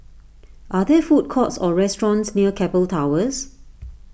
are there food courts or restaurants near Keppel Towers